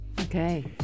Okay